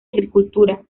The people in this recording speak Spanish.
agricultura